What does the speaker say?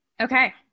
Okay